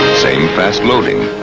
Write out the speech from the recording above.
same fast loading.